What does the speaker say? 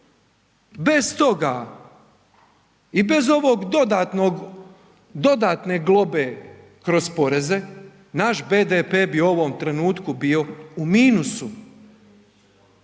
bez toga i bez ovog dodatnog, dodatne globe kroz poreze, naš BDP bi u ovom trenutku bio u minusu,